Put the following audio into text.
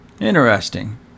Interesting